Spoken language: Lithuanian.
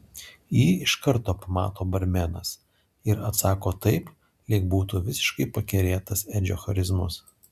jį iš karto pamato barmenas ir atsako taip lyg būtų visiškai pakerėtas edžio charizmos